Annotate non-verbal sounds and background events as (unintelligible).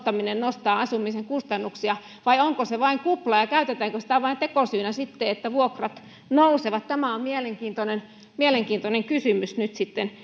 nostaminen nostaa asumisen kustannuksia vai onko se vain kupla ja käytetäänkö sitä vain tekosyynä sitten että vuokrat nousevat tämä on mielenkiintoinen mielenkiintoinen kysymys nyt sitten (unintelligible)